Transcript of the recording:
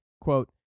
Quote